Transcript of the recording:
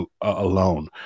alone